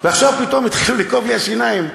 ועכשיו פתאום התחילו לכאוב לי השיניים.